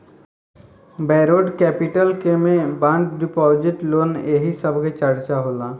borrowed capital के में bond deposit loan एही सब के चर्चा होला